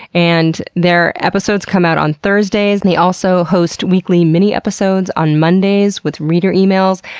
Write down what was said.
and their episodes come out on thursdays and they also host weekly mini-episodes on mondays with reader emails.